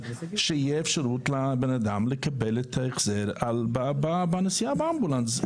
שתהיה אפשרות לבן אדם לקבל את ההחזר על נסיעה באמבולנס.